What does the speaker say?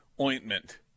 ointment